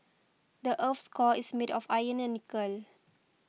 the earth's core is made of iron and nickel